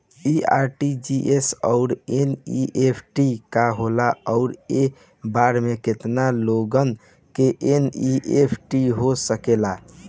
इ आर.टी.जी.एस और एन.ई.एफ.टी का होला और एक बार में केतना लोगन के एन.ई.एफ.टी हो सकेला?